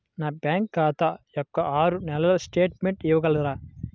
నా బ్యాంకు ఖాతా యొక్క ఆరు నెలల స్టేట్మెంట్ ఇవ్వగలరా?